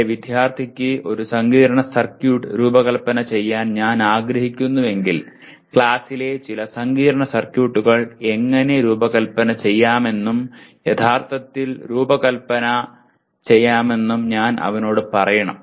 എന്റെ വിദ്യാർത്ഥിക്ക് ഒരു സങ്കീർണ്ണ സർക്യൂട്ട് രൂപകൽപ്പന ചെയ്യാൻ ഞാൻ ആഗ്രഹിക്കുന്നുവെങ്കിൽ ക്ലാസിലെ ചില സങ്കീർണ്ണ സർക്യൂട്ടുകൾ എങ്ങനെ രൂപകൽപ്പന ചെയ്യാമെന്നും യഥാർത്ഥത്തിൽ രൂപകൽപ്പന ചെയ്യാമെന്നും ഞാൻ അവനോട് പറയണം